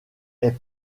est